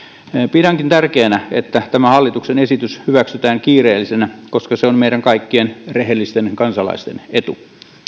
pidänkin tärkeänä että tämä hallituksen esitys hyväksytään kiireellisenä koska se on meidän kaikkien rehellisten kansalaisten etu